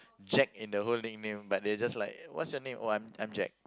Jack in the whole nickname but they just like what's your name oh I'm I'm Jack